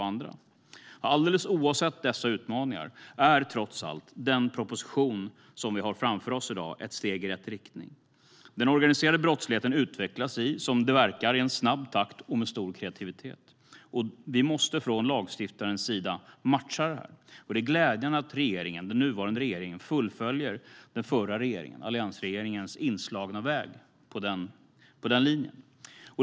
Alldeles oavsett dessa utmaningar är trots allt den proposition som vi har framför oss i dag ett steg i rätt riktning. Den organiserade brottsligheten utvecklas i, som det verkar, en snabb takt och med stor kreativitet. Vi måste från lagstiftarens sida matcha detta. Det är glädjande att den nuvarande regeringen fullföljer den tidigare alliansregeringens inslagna väg på den linjen.